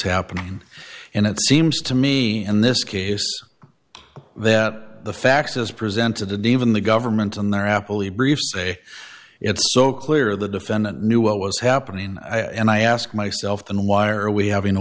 happening and it seems to me in this case that the facts as presented to dave in the government and they're happily brief say it's so clear the defendant knew what was happening and i ask myself then why are we having a